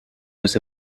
was